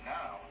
now